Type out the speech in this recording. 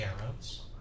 arrows